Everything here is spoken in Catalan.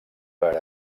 per